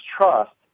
trust